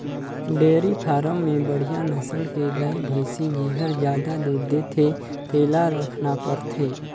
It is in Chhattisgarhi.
डेयरी फारम में बड़िहा नसल के गाय, भइसी जेहर जादा दूद देथे तेला रखना परथे